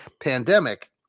pandemic